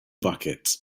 bucket